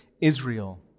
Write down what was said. Israel